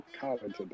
college